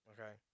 Okay